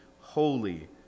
holy